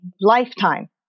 lifetime